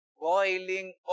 boiling